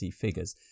figures